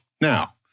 Now